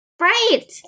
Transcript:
Right